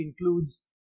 includes